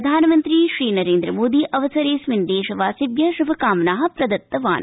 प्रधानमन्त्री नरेन्द्रमोदी अवसरेऽस्मिन् देशवासिभ्यः श्भकामनाः प्रदत्तवान्